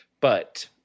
but-